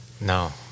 No